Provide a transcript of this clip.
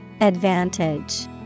Advantage